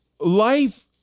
Life